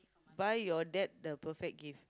buy your dad the perfect gift